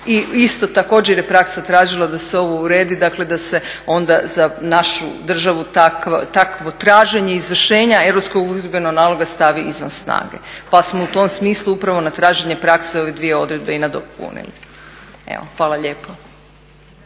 I isto također je praksa tražila da se ovo uredi, dakle da se onda za našu državu takvo traženje izvršenja europskog uhidbenog naloga stavi izvan snage. Pa smo u tom smislu upravo na traženje prakse ove dvije odredbe i nadopunili. Evo, hvala lijepo.